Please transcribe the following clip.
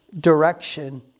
direction